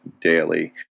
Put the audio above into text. daily